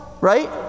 right